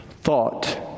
thought